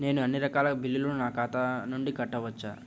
నేను అన్నీ రకాల బిల్లులను నా ఖాతా నుండి కట్టవచ్చా?